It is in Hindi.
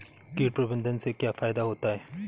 कीट प्रबंधन से क्या फायदा होता है?